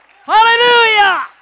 Hallelujah